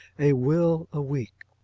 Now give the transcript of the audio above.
a will a-week.